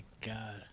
God